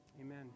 Amen